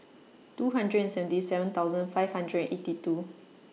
two hundred seventy seven thousand five hundred eighty two